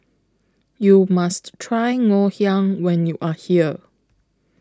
YOU must Try Ngoh Hiang when YOU Are here